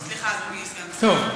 סליחה, אדוני סגן השר.